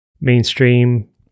mainstream